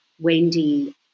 Wendy